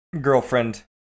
girlfriend